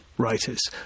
writers